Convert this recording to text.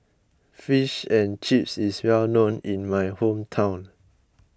Fish and Chips is well known in my hometown